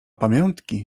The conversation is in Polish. pamiątki